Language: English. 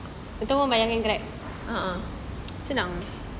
a'ah